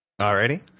alrighty